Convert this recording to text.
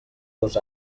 dos